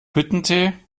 hüttentee